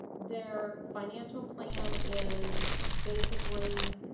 their financial plan is basically,